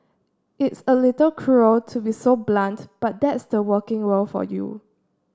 it's a little cruel to be so blunt but that's the working world for you